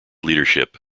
leadership